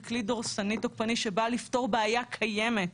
ככלי דורסני תוקפני שבא לפתור בעיה קיימת,